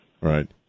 Right